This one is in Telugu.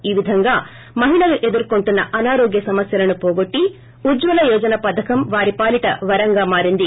ఆ విధంగా మహిళలు ఎదుర్కోంటున్న అనారోగ్య సమస్యలను పోగొట్టి ఉజ్వల యోజన పథకం వారి పాలిట వరంగా మారింది